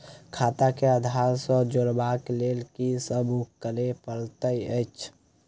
खाता केँ आधार सँ जोड़ेबाक लेल की सब करै पड़तै अछि?